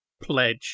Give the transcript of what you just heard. pledge